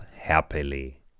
happily